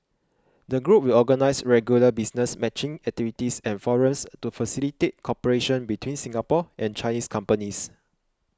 the group will organise regular business matching activities and forums to facilitate cooperation between Singapore and Chinese companies